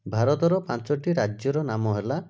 ଭାରତର ପାଞ୍ଚଟି ରାଜ୍ୟର ନାମ ହେଲା